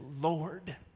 Lord